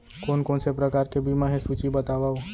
कोन कोन से प्रकार के बीमा हे सूची बतावव?